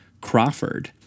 Crawford